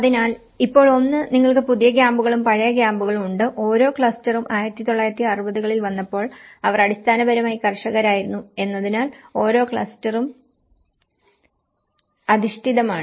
അതിനാൽ ഇപ്പോൾ ഒന്ന് നിങ്ങൾക്ക് പുതിയ ക്യാമ്പുകളും പഴയ ക്യാമ്പുകളും ഉണ്ട് ഓരോ ക്ലസ്റ്ററും 1960 കളിൽ വന്നപ്പോൾ അവർ അടിസ്ഥാനപരമായി കർഷകരായിരുന്നു എന്നതിനാൽ ഓരോ ക്ലസ്റ്ററും അധിഷ്ഠിതമാണ്